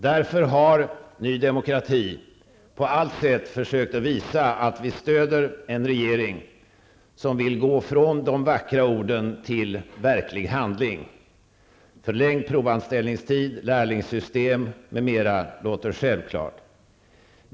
Därför har vi i ny demokrati på allt sätt försökt visa att vi stöder en regering som vill gå från de vackra orden till verklig handling. Förlängd provanställningstid, lärlingssystem osv. låter självklart.